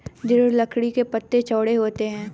दृढ़ लकड़ी के पत्ते चौड़े होते हैं